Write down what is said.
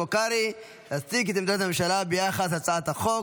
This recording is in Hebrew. קרעי להציג את עמדת הממשלה ביחס להצעת החוק.